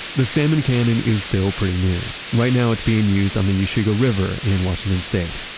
the salmon cannon is still pretty new. right now it's being used on the washougal river in washington state.